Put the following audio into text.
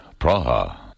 Praha